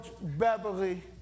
Beverly